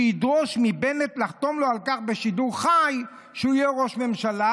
שידרוש מבנט לחתום לו על כך בשידור חי שהוא יהיה ראש ממשלה,